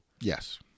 Yes